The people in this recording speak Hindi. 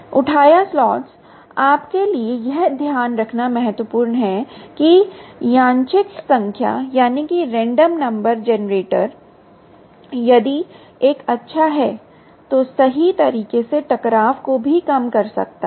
उठाया स्लॉट्स आपके लिए यह ध्यान रखना महत्वपूर्ण है कि यादृच्छिक संख्या जनरेटर यदि यह एक अच्छा है तो सही तरीके से टकराव को भी कम कर सकता है